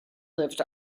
lived